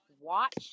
watch